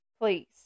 please